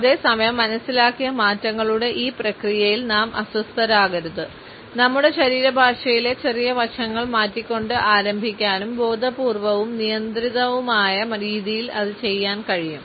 അതേ സമയം മനസിലാക്കിയ മാറ്റങ്ങളുടെ ഈ പ്രക്രിയയിൽ നാം അസ്വസ്ഥരാകരുത് നമ്മുടെ ശരീരഭാഷയിലെ ചെറിയ വശങ്ങൾ മാറ്റിക്കൊണ്ട് ആരംഭിക്കാനും ബോധപൂർവവും നിയന്ത്രിതവുമായ രീതിയിൽ അത് ചെയ്യാൻ കഴിയും